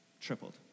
Tripled